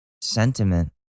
sentiment